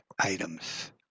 items